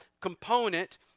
component